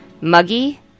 Muggy